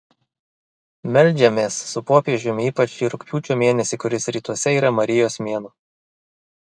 meldžiamės su popiežiumi ypač šį rugpjūčio mėnesį kuris rytuose yra marijos mėnuo